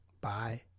Bye